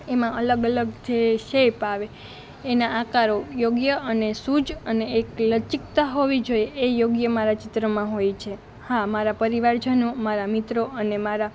એમાં અલગ અલગ જે શેપ આવે એના આકારો યોગ્ય અને સૂઝ અને એક લચકતા હોવી જોઈએ એ યોગ્ય મારા ચિત્રમાં હોય છે હા મારા પરિવારજનો મારા મિત્રો અને મારા